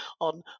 on